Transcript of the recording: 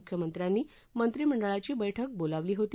मुख्यमंत्र्यांनी काल मंत्रिमंडळाची बैठक बोलवली होती